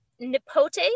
Nipote